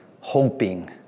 Hoping